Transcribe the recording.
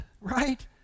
right